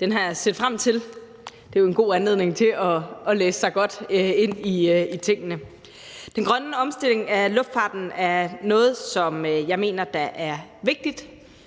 Den har jeg set frem til. Det er jo en god anledning til at læse sig godt ind i tingene. Den grønne omstilling af luftfarten er noget, som jeg mener er vigtigt,